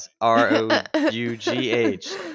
R-O-U-G-H